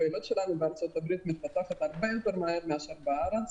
הפעילות שלנו בארצות הברית מתפתחת הרבה יותר מהר מאשר בארץ.